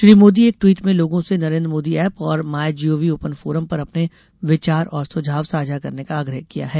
श्री मोदी ने एक ट्वीट में लोगों से नरेन्द्र मोदी एप और माईजीओवी ओपन फोरम पर अपने विचार और सुझाव साझा करने का आग्रह किया है